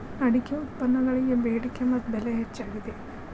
ಅಡಿಕೆ ಉತ್ಪನ್ನಗಳಿಗೆ ಬೆಡಿಕೆ ಮತ್ತ ಬೆಲೆ ಹೆಚ್ಚಾಗಿದೆ